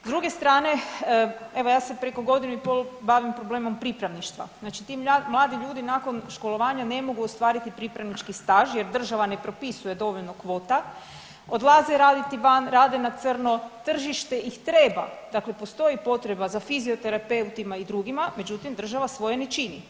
S druge strane, evo ja se preko godinu i pol bavim problemom pripravništva znači ti mladi ljudi nakon školovanja ne mogu ostvariti pripravnički staž jer država ne propisuje dovoljno kvota, odlaze raditi van, rade na crno, tržište ih treba, dakle postoji potreba za fizioterapeutima i drugima, međutim država svoje ne čini.